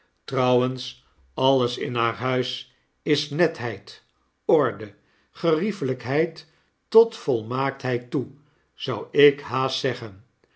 trouwens alles in haar huis is netheid orde geriefelijkheid tot volmaaktheid toe zou ik haast zeggen